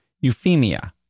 Euphemia